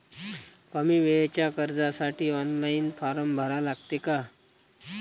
कमी वेळेच्या कर्जासाठी ऑनलाईन फारम भरा लागते का?